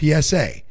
PSA